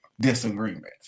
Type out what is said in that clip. disagreements